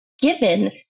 given